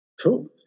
cool